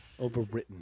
overwritten